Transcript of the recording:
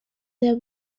their